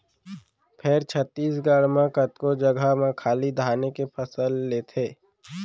फेर छत्तीसगढ़ म कतको जघा म खाली धाने के फसल लेथें